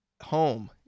home